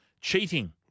cheating